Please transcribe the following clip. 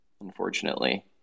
unfortunately